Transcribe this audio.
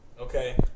Okay